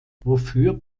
wofür